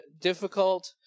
difficult